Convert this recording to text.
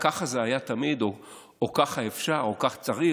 ככה זה היה תמיד או ככה אפשר או כך צריך,